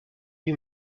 lui